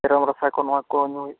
ᱛᱮᱨᱚᱢ ᱨᱟᱥᱟ ᱠᱚ ᱱᱚᱣᱟ ᱠᱚ ᱧᱩ ᱦᱩᱭᱩᱜ ᱠᱟᱱᱟ